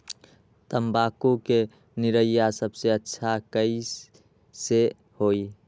तम्बाकू के निरैया सबसे अच्छा कई से होई?